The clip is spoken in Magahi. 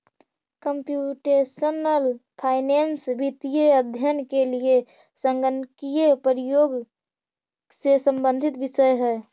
कंप्यूटेशनल फाइनेंस वित्तीय अध्ययन के लिए संगणकीय प्रयोग से संबंधित विषय है